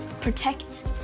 Protect